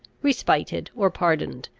respited, or pardoned,